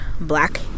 Black